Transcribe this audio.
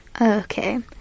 Okay